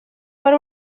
per